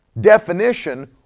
definition